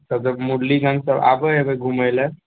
सभ तऽ मुरलीगञ्जसँ आगो जेबय घुमयलऽ